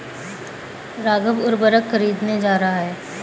राघव उर्वरक खरीदने जा रहा है